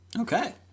Okay